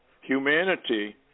humanity